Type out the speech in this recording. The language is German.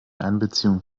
einbeziehung